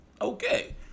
Okay